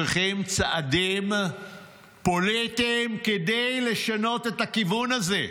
צריכים צעדים פוליטיים כדי לשנות את הכיוון הזה.